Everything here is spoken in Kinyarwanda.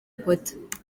potter